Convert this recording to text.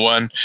One